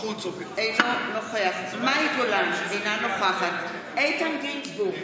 אינו נוכח מאי גולן, אינה נוכחת איתן גינזבורג,